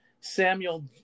Samuel